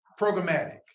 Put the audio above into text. programmatic